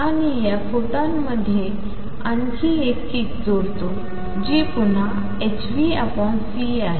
आणि या फोटॉनमध्ये आणखी एक किक जोडते जी पुन्हा hνc आहे